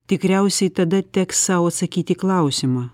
tikriausiai tada teks sau atsakyt į klausimą